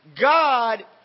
God